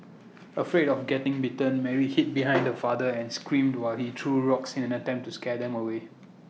afraid of getting bitten Mary hid behind her father and screamed while he threw rocks in an attempt to scare them away